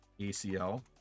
ACL